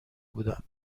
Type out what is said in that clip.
بودن